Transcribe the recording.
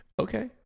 Okay